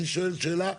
אני שואל שאלה,